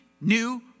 new